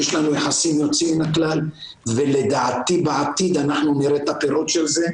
יש לנו יחסים יוצאים מן הכלל ולדעתי בעתיד אנחנו נראה את הפירות של זה.